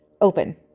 open